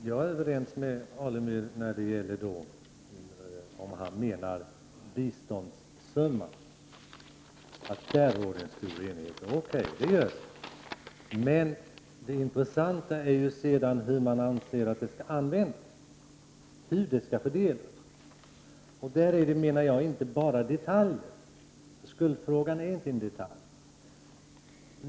Fru talman! Jag är överens med Stig Alemyr om han avser biståndssumman. Okej, i det fallet råder det en stor enighet. Men det intressanta är hur pengarna skall användas och fördelas. Där menar jag att det inte bara är detaljer som skiljer. Skuldfrågan är inte någon detalj.